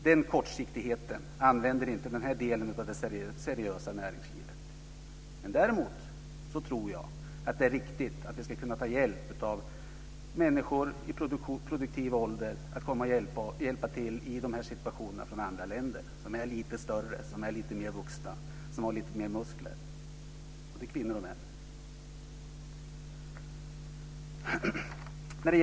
Den kortsiktigheten finns inte i denna del av det seriösa näringslivet. Däremot tror jag att det är riktigt att man ska kunna ta hjälp av människor i produktiv ålder som kan komma från andra länder och hjälpa till i de här situationerna. De ska vara lite större, lite mer vuxna och ha lite mer muskler - både kvinnor och män.